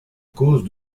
cause